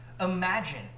Imagine